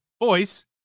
Boys